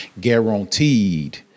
Guaranteed